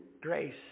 grace